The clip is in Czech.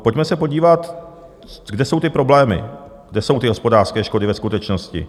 Pojďme se podívat, kde jsou ty problémy, kde jsou ty hospodářské škody ve skutečnosti.